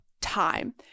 time